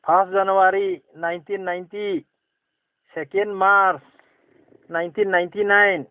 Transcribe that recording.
first January nineteen ninety second March nineteen ninety nine